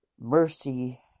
Mercy